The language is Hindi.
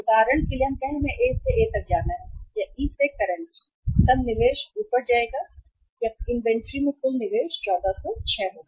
उदाहरण के लिए कहें कि ए से ए तक जाना है E से करंट तब निवेश ऊपर जाएगा या इन्वेंट्री में कुल निवेश 1406 होगा